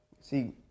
See